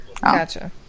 Gotcha